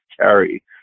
carry